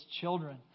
children